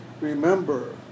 remember